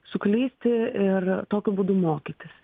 suklysti ir tokiu būdu mokytis